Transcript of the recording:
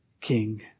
king